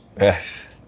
Yes